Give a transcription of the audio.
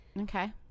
Okay